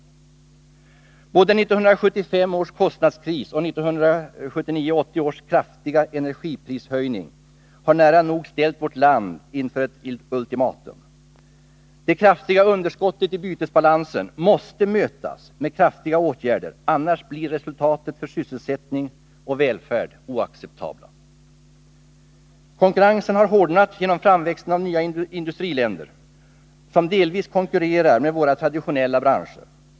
Både 1975 års kostnadskris och de kraftiga energiprishöjningarna åren 1979 och 1980 har nära nog ställt vårt land inför ett ultimatum. Det kraftiga underskottet i bytesbalansen måste mötas med kraftfulla åtgärder. Annars blir resultatet för sysselsättning och välfärd oacceptabelt. Konkurrensen har hårdnat genom framväxten av nya industriländer, som delvis konkurrerar med våra traditionella branscher.